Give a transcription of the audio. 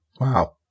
wow